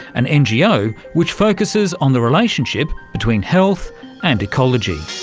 an ngo which focuses on the relationship between health and ecology.